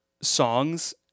songs